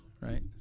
Right